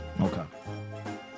Okay